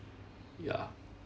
ya